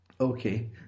Okay